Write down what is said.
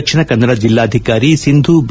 ದಕ್ಷಿಣ ಕನ್ನಡ ಜಿಲ್ಲಾಧಿಕಾರಿ ಸಿಂಧೂ ಬಿ